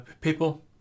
people